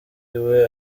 iwe